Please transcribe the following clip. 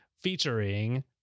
featuring